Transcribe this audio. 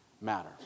matter